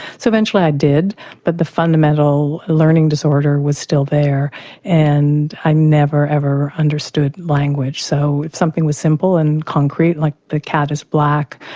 so eventually i did but the fundamental learning disorder was still there and i never, ever understood language so if something was simple and concrete like the cat is black,